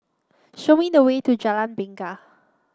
show me the way to Jalan Bingka